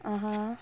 (uh huh)